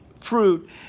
fruit